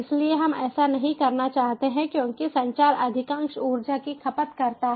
इसलिए हम ऐसा नहीं करना चाहते हैं क्योंकि संचार अधिकांश ऊर्जा की खपत करता है